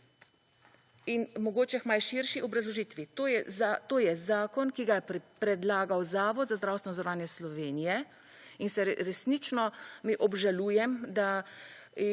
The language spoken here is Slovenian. In mogoče k malo širši obrazložitvi. To je zakon, ki ga je predlagal Zavod za zdravstveno zavarovanje Slovenije in se resnično, obžalujem, da